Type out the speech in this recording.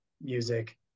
music